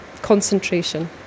concentration